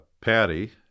Patty